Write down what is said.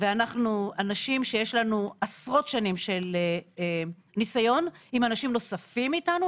ואנחנו אנשים שיש לנו עשרות שנים של ניסיון עם אנשים נוספים איתנו,